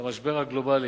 של המשבר הגלובלי,